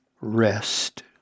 rest